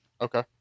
Okay